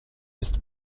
ist